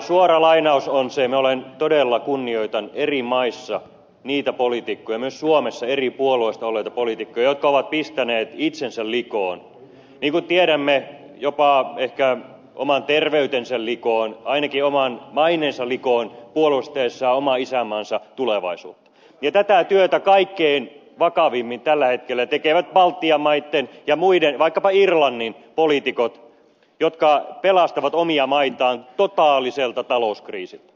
suora lainaus on se että minä todella kunnioitan eri maissa niitä poliitikkoja myös suomessa eri puolueista olevia poliitikkoja jotka ovat pistäneet itsensä likoon niin kuin tiedämme jopa ehkä oman terveytensä likoon ainakin oman maineensa likoon puolustaessaan oman isänmaansa tulevaisuutta ja tätä työtä kaikkein vakavimmin tällä hetkellä tekevät baltian maitten ja muiden vaikkapa irlannin poliitikot jotka pelastavat omia maitaan totaaliselta talouskriisiltä